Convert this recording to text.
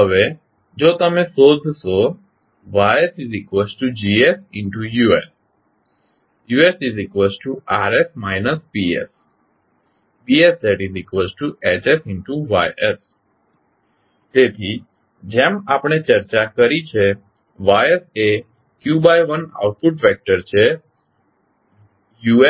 હવે જો તમે શોધશો YsGsUs UsRs Bs BsHsYs તેથી જેમ આપણે ચર્ચા કરી છેY એ q×1 આઉટપુટ વેક્ટર છે UR